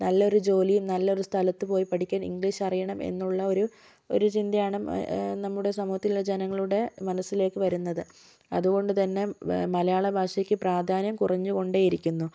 നല്ല ഒരു ജോലിയും നല്ല ഒരു സ്ഥലത്ത് പോയി പഠിക്കാന് ഇംഗ്ലീഷ് അറിയണം എന്നുള്ലൊരു ഒരു ചിന്തയാണ് നമ്മുടെ സമൂഹത്തിലെ ജനങ്ങളുടെ മനസിലേക്ക് വരുന്നത് അതുകൊണ്ട് തന്നെ മലയാള ഭാഷയ്ക്ക് പ്രാധാന്യം കുറഞ്ഞു കൊണ്ടേയിരിക്കുന്നു